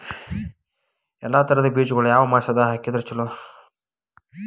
ಎಲ್ಲಾ ತರದ ಬೇಜಗೊಳು ಯಾವ ಮಾಸದಾಗ್ ಹಾಕಿದ್ರ ಛಲೋ?